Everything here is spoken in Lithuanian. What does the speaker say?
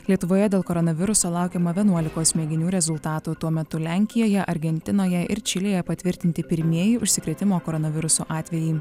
lietuvoje dėl koronaviruso laukiama vienuolikos mėginių rezultatų tuo metu lenkijoje argentinoje ir čilėje patvirtinti pirmieji užsikrėtimo koronavirusu atvejai